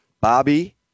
Bobby